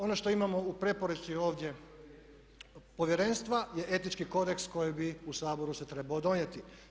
Ono što imamo u preporuci ovdje Povjerenstva je etički kodeks koji bi u Saboru se trebao donijeti.